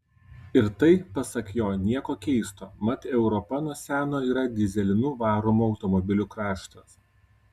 ir tai pasak jo nieko keisto mat europa nuo seno yra dyzelinu varomų automobilių kraštas